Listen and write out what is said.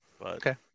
Okay